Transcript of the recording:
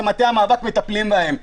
כמטה המאבק מטפלים בהם.